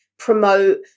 promote